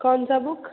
कौनसा बुक